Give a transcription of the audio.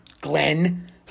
Glenn